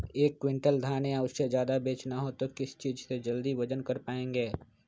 एक क्विंटल धान या उससे ज्यादा बेचना हो तो किस चीज से जल्दी वजन कर पायेंगे?